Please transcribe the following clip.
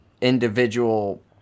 individual